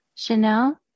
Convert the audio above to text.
Chanel